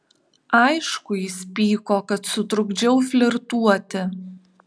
aišku jis pyko kad sutrukdžiau flirtuoti